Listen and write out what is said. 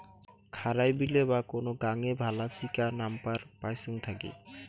খারাই বিলে বা কোন গাঙে ভালা চিকা নাম্পার পাইচুঙ থাকি